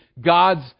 God's